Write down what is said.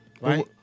Right